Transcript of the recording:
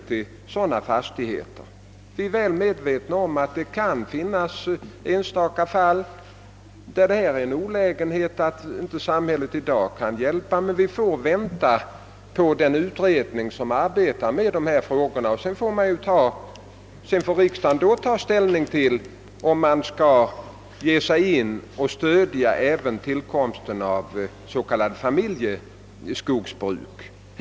Vi är väl medvetna om att det kan finnas enstaka fall där det är en olägenhet att samhället i dag inte kan hjälpa. Men vi får vänta på förslaget från den utredning som arbetar med dessa frågor, och sedan får riksdagen ta ställning till om även tillkomsten av s.k. familjeskogsbruk skall stödjas.